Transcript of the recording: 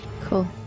Cool